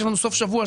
יש לנו סוף שבוע,